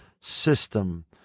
system